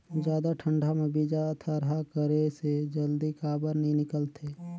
जादा ठंडा म बीजा थरहा करे से जल्दी काबर नी निकलथे?